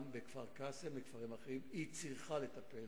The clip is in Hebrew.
גם בכפר-קאסם היא צריכה לטפל